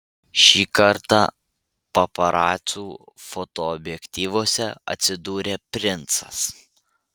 šį kartą paparacų fotoobjektyvuose atsidūrė princas